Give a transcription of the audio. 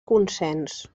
consens